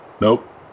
Nope